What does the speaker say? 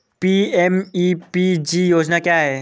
PMEPG योजना क्या है?